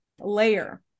layer